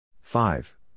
five